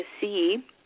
see